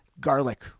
garlic